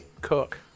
cook